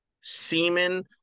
semen